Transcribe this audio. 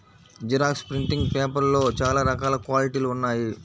xerox printing పేపర్లలో చాలా రకాల క్వాలిటీలు ఉన్నాయి